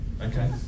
okay